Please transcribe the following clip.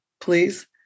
please